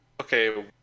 Okay